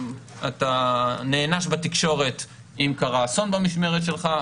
אתה נענש בתקשורת אם קרה אסון במשמרת שלך,